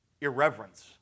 irreverence